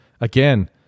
again